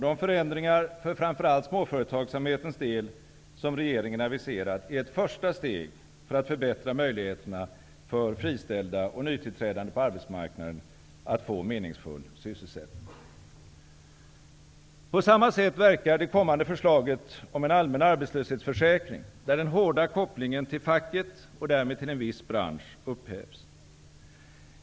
De förändringar för framför allt småföretagsamhetens del som regeringen aviserat är ett första steg för att förbättra möjligheterna för friställda och nytillträdande på arbetsmarknaden att få meningsfull sysselsättning. På samma sätt verkar det kommande förslaget om en allmän arbetslöshetsförsäkring, där den hårda kopplingen till facket och därmed till en viss bransch upphävs.